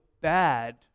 bad